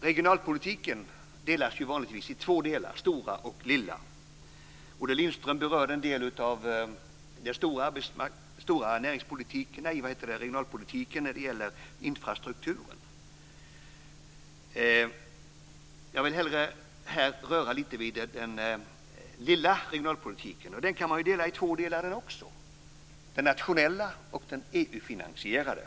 Regionalpolitiken delas ju vanligtvis i två delar: den stora och den lilla. Olle Lindström berörde en del av den stora regionalpolitiken när det gäller infrastrukturen. Jag vill hellre här röra lite vid den lilla regionalpolitiken, och den kan man ju dela i två delar också: den nationella och den EU-finansierade.